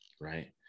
Right